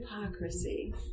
hypocrisy